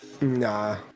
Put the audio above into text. Nah